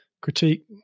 critique